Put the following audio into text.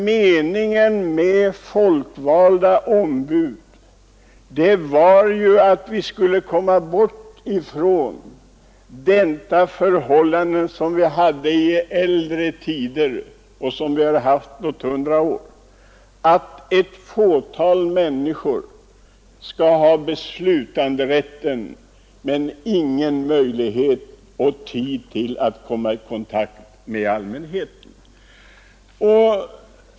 Meningen med folkvalda ombud var ju att vi skulle komma bort från de förhållanden, som vi hade under äldre tider i hundratals år, nämligen att ett fåtal tjänsteoch ämbetsmän hade beslutanderätt men samtidigt ingen tid och inga möjligheter att komma i kontakt med allmänheten.